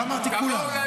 --- לא אמרתי שכולם.